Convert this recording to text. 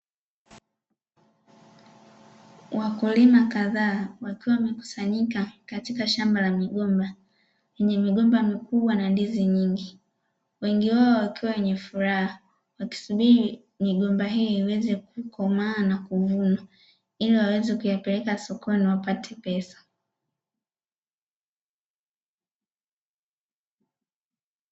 Wakulima kadhaa wakiwa wamekusanyika katika shamba la migomba lenye migomba mikubwa na ndizi nyingi, wengi wao wakiwa wenye furaha wakisubiri migomba hiyo iweze kukomaa na kuvunwa, ili waweze kuyapeleka sokoni wapate pesa.